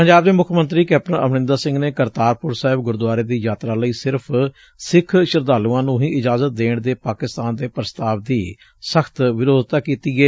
ਪੰਜਾਬ ਦੇ ਮੁੱਖ ਮੰਤਰੀ ਕੈਪਟਨ ਅਮਰਿੰਦਰ ਸਿੰਘ ਨੇ ਕਰਤਾਰਪੁਰ ਸਾਹਿਬ ਗੁਰਦੁਆਰੇ ਦੀ ਯਾਤਰਾ ਲਈ ਸਿਰਫ ਸੱਖ ਸ਼ਰਧਾਲੂਆਂ ਨੂੰ ਹੀ ਇਜਾਜ਼ਤ ਦੇਣ ਦੇ ਪਾਕਿਸਤਾਨ ਦੇ ਪ੍ਸਤਾਵ ਦੀ ਸਖ਼ਤ ਵਿਰੋਧਤਾ ਕੀਤੀ ਏ